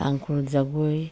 ꯇꯥꯡꯈꯨꯜ ꯖꯒꯣꯏ